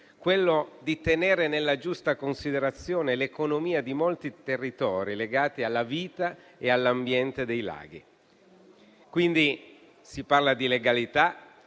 quello di tenere nella giusta considerazione l'economia di molti territori legati alla vita e all'ambiente dei laghi. Si parla quindi di legalità,